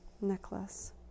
necklace